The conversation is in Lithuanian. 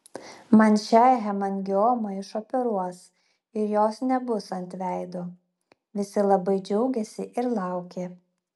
man šią hemangiomą išoperuos ir jos nebus ant veido visi labai džiaugėsi ir laukė